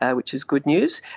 ah which is good news.